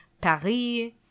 paris